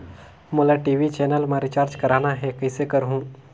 मोला TV channel मा recharge करना हे, कइसे करहुँ?